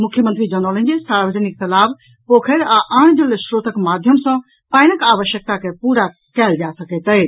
मुख्यमंत्री जनौलनि जे सार्वजनिक तालाब पोखरि आ आन जल स्रोतक माध्यम सॅ पानिक आवश्यकता के पूरा कयल जा सकैत अछि